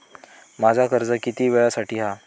माझा कर्ज किती वेळासाठी हा?